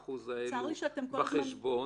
25% האלה בחשבון?